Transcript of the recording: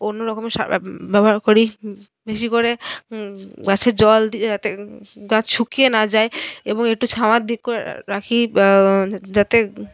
অন্যরকমের সার ব্যবহার করি বেশি করে গাছের জল দেওয়া থেকে গাছ শুকিয়ে না যায় এবং একটু ছায়ার দিক করে রাখি যাতে